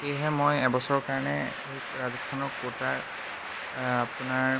সেয়েহে মই এবছৰৰ কাৰণে সেই ৰাজস্থানৰ কোটাৰ আপোনাৰ